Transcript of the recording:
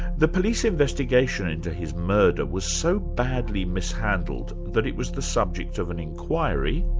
the police investigation into his murder was so badly mishandled that it was the subject of an inquiry,